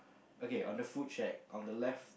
okay on the food shack on the left